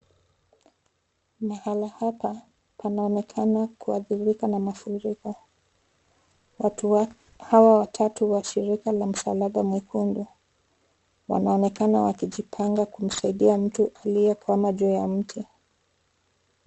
Mahala hapa panaonekana kuadhirika na mafuriko. Watu hawa watatu wa shirika la msalaba mwekundu wanaonekana wakijipanga kumsaidia mtu aliyekwama juu ya mti.